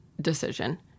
Decision